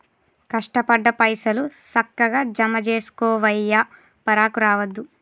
కష్టపడ్డ పైసలు, సక్కగ జమజేసుకోవయ్యా, పరాకు రావద్దు